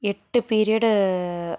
எட்டு பீரியடு